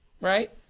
right